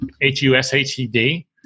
H-U-S-H-E-D